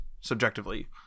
subjectively